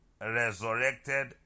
resurrected